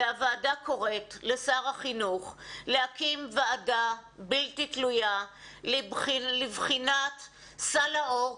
הוועדה קוראת לשר החינוך להקים ועדה בלתי תלויה לבחינת סל לאור,